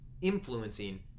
influencing